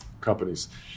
companies